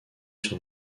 sur